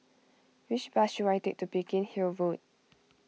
which bus should I take to Biggin Hill Road